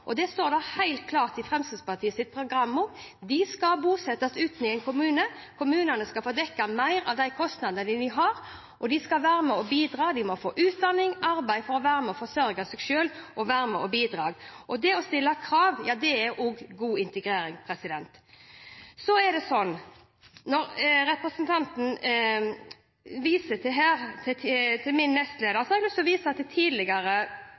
og det står helt klart i Fremskrittspartiets program at de skal bosettes ute i en kommune, kommunene skal få dekket mer av kostnadene, de skal være med og bidra, og de må få utdanning og arbeid for å være med og forsørge seg selv. Det å stille krav er også god integrering. Når representanten her viste til mitt partis nestleder, har jeg lyst til å vise til tidligere